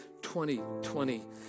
2020